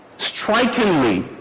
strikingly